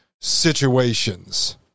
situations